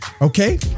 Okay